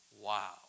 wow